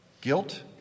Guilt